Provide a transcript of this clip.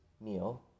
meal